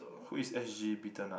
who is s_g Peter nut